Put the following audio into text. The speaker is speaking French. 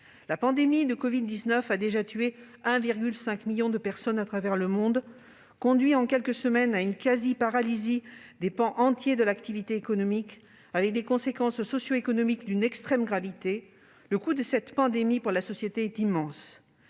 La pandémie de covid-19 a déjà tué 1,5 million de personnes à travers le monde et conduit, en quelques semaines, à une quasi-paralysie de pans entiers de l'activité économique. Par ses conséquences socioéconomiques d'une extrême gravité, le coût de cette pandémie est immense